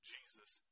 Jesus